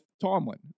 tomlin